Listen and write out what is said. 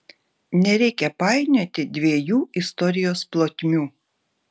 nereikia painioti dviejų istorijos plotmių